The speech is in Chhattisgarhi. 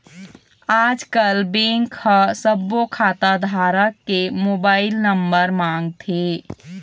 आजकल बेंक ह सब्बो खाता धारक के मोबाईल नंबर मांगथे